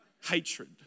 hatred